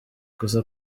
gusa